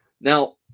Now